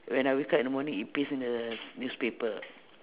when I wake up in the morning it appears in the newspaper